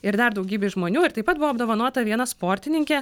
ir dar daugybei žmonių ir taip pat buvo apdovanota viena sportininkė